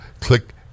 Click